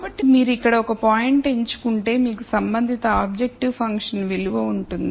కాబట్టి మీరు ఇక్కడ ఒక పాయింట్ ఎంచుకుంటే మీకు సంబంధిత ఆబ్జెక్టివ్ ఫంక్షన్ విలువ ఉంటుంది